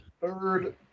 Third